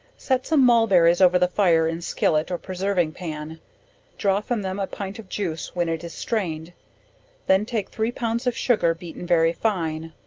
set some mulberries over the fire in skillet or preserving pan draw from them a pint of juice when it is strained then take three pounds of sugar beaten very fine,